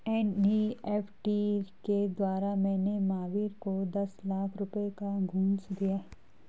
NEFT के द्वारा मैंने महावीर को दस लाख रुपए का घूंस दिया